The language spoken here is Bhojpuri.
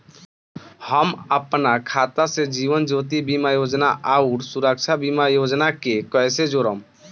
हम अपना खाता से जीवन ज्योति बीमा योजना आउर सुरक्षा बीमा योजना के कैसे जोड़म?